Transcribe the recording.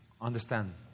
Understand